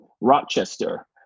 Rochester